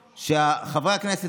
בכנסת.